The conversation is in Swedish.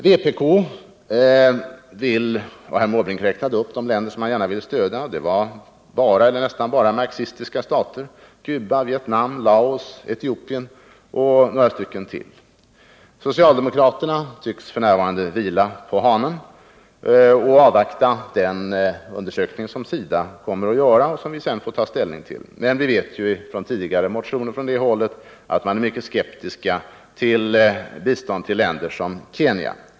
Herr Måbrink räknade upp de länder som han vill stödja, och det var nästan bara marxistiska stater: Cuba, Vietnam, Laos, Etiopien och några till. Socialdemokraterna tycks f. n. vila på hanen och avvakta den undersökning som SIDA kommer att göra och som vi sedan får ta ställning till. Men vi vet ju genom tidigare motioner från det hållet att man är mycket skeptisk till bistånd till länder som Kenya.